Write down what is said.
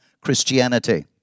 Christianity